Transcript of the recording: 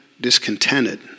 discontented